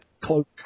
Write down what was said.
close